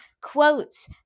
quotes